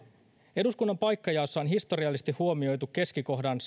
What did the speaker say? eduskunnan paikkajaossa on historiallisesti huomioitu keskikohdan